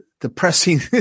depressing